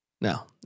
now